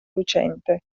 lucente